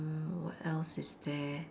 what else is there